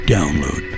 Download